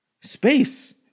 Space